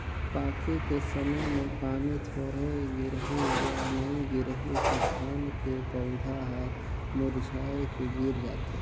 पाके के समय मे पानी थोरहे गिरही य नइ गिरही त धान के पउधा हर मुरझाए के गिर जाथे